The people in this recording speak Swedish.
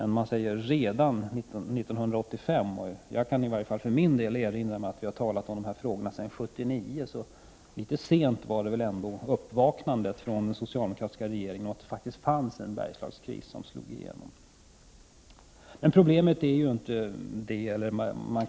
I sitt svar sade arbetsmarknadsministern ”Redan i mars 1985 ——-”, men enligt vad jag kan erinra mig har dessa frågor diskuterats sedan 1979. Uppvaknandet från den socialdemokratiska regeringen var väl ändå litet sent. Det fanns faktiskt en kris som slog igenom i Bergslagen.